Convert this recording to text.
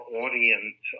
audience